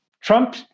Trump